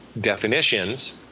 definitions